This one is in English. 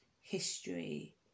history